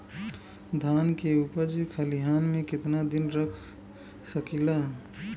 धान के उपज खलिहान मे कितना दिन रख सकि ला?